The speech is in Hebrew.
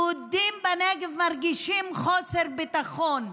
יהודים בנגב מרגישים חוסר ביטחון.